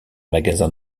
magasin